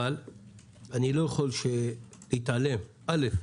אבל אני לא יכול להתעלם אל"ף,